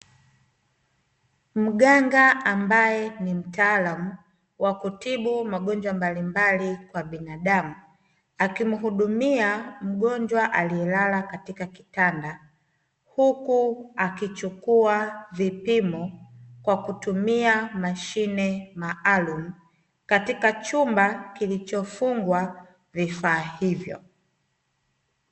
Mganga ambaye ni mtaalamu wa kutibu magonjwa mbalimbali kwa binadamu, akimuhudumia mgonjwa aliyelala katika kitanda huku akichukua vipimo kwa kutumia mashine maalumu katika chumba kilichofungwa vifaa hivyo.